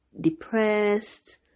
depressed